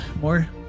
more